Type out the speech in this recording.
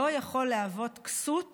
לא יכול להוות כסות